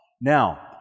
Now